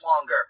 longer